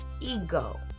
ego